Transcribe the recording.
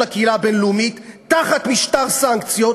הקהילה הבין-לאומית תחת משטר סנקציות,